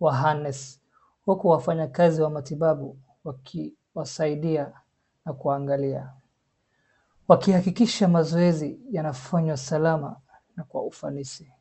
wa harness huku wafanyakazi wa matibabu wakiwasaidia na kuwaangalia. Wakihakikisha mazoezi yanafanywa kwa usalama na ufanisi.